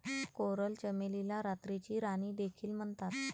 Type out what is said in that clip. coral चमेलीला रात्रीची राणी देखील म्हणतात